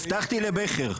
הבטחתי לבכר.